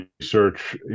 research